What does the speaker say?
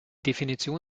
definition